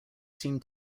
seem